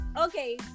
okay